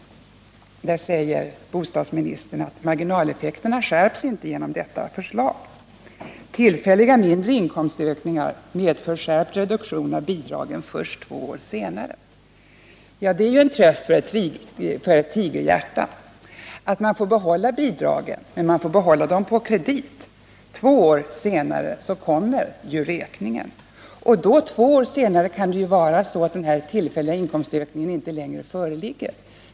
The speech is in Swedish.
Där säger bostadsministern: ”Marginaleffekterna skärps inte genom detta förslag.” Tillfälliga mindre inkomstökningar ”medför skärpt reduktion av bidragen först två år senadd Det är tröst för ett tigerhjärta att man får behålla bidragen, men man får endast behålla dem på kredit. Två år senare kommer räkningen. Men två år senare kan det vara så att den tillfälliga inkomstökningen inte längre föreligger.